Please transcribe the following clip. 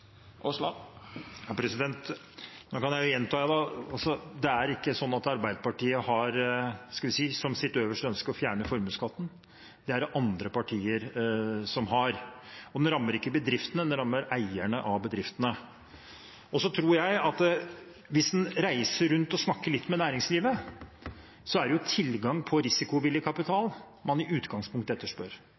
Nå kan jeg gjenta at det er ikke sånn at Arbeiderpartiet har som sitt høyeste ønske å fjerne formuesskatten. Det er det andre partier som har. Og formuesskatten rammer ikke bedriftene, den rammer eierne av bedriftene. Jeg tror at hvis en reiser rundt og snakker litt med næringslivet, er det tilgang på risikovillig kapital man i utgangspunktet etterspør.